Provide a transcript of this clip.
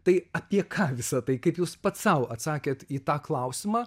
tai apie ką visa tai kaip jūs pats sau atsakėt į tą klausimą